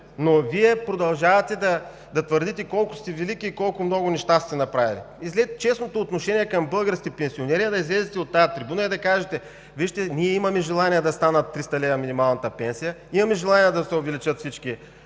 но Вие продължавате да твърдите колко сте велики и колко много неща сте направили. Честното отношение към българските пенсионери е да излезете от тази трибуна и да кажете: вижте, ние имаме желание да стане 300 лв. минималната пенсия, имаме желание да се увеличат всички